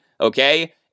okay